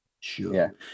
sure